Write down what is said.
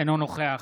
אינו נוכח